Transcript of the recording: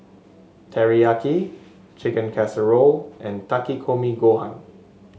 Teriyaki Chicken Casserole and Takikomi Gohan